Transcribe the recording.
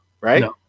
right